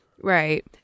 Right